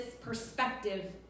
perspective